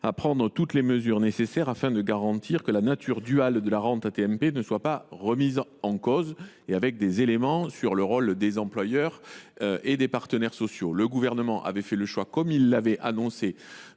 à prendre toutes les mesures nécessaires afin de garantir que la nature duale de la rente AT MP ne soit pas remise en cause ». Il prévoyait notamment de préciser le rôle des employeurs et des partenaires sociaux. Le Gouvernement a fait le choix, comme il l’a annoncé,